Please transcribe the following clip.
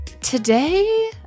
Today